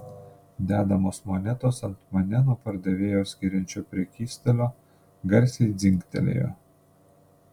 dedamos monetos ant mane nuo pardavėjo skiriančio prekystalio garsiai dzingtelėjo